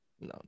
No